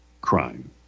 crime